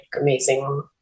amazing